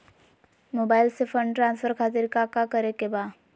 Mobile से fund transfer खातिर काका करे के बा?